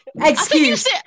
excuse